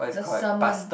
the sermon